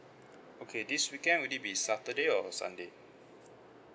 okay this weekend will it be saturday or sunday